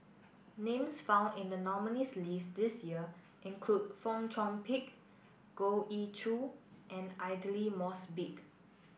names found in the nominees' list this year include Fong Chong Pik Goh Ee Choo and Aidli Mosbit